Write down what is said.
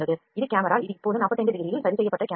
இது கேமரா இது இப்போது 45 டிகிரியில் சரி செய்யப்பட்ட கேமரா